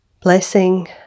Blessing